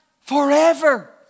forever